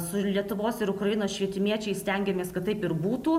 su lietuvos ir ukrainos švietimiečiais stengiamės kad taip ir būtų